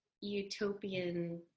utopian